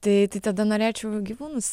tai tai tada norėčiau gyvūnus